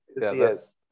yes